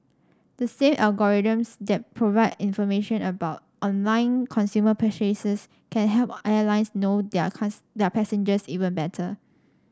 the same algorithms that provide information about online consumer purchases can help airlines know their their passengers even better